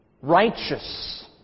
righteous